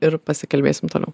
ir pasikalbėsim toliau